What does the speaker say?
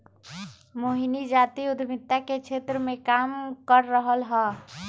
मोहिनी जाति उधमिता के क्षेत्र मे काम कर रहलई ह